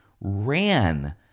ran